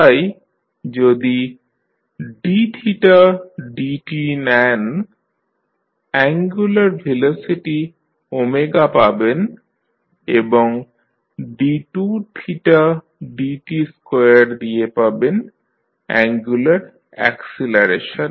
তাই যদি dθdt নেন অ্যাঙ্গুলার ভেলোসিটি পাবেন এবং d2dt2 দিয়ে পাবেন অ্যাঙ্গুলার অ্যাকসিলারেশন